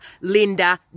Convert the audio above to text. Linda